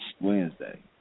Wednesday